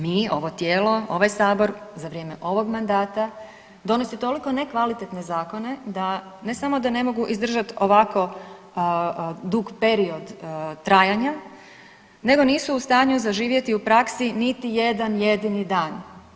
Mi, ovo tijelo, ovaj Sabor za vrijeme ovog mandata donosi toliko nekvalitetne zakone da, ne samo da ne mogu izdržati ovako dug period trajanja, nego nisu u stanju zaživjeti u praksi niti jedan jedini dan.